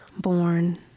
born